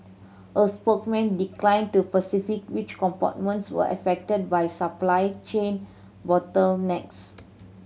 a spokesman declined to specify which components were affected by supply chain bottlenecks